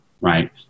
right